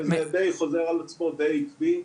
זה די חוזר על עצמו, די עקבי.